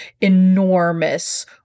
enormous